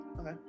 Okay